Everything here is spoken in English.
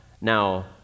Now